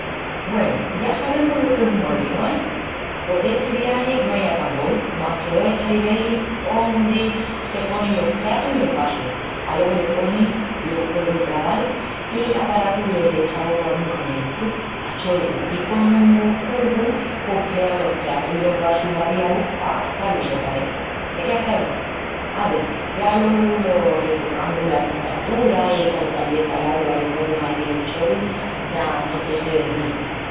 Güenu, ya sabemus lo qu'es un muebli, no es? Pos d'esti viagi no ai atambol, más que dos estaribelis ondi se ponin los pratus i los vasus. Alogu le ponis los polvus de laval i l'aparatu les echa augua mu calienti a cholru i conos polvus pos quean los pratus i los vasus aviaus pa gastá-lus sotra vés. Te quea craru? Ave, ya alogu los ringurrangus dela temperatura i comu calienta l'augua i cómu hazi el cholru ya no té sé izil.